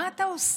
מה אתה עושה,